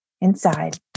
inside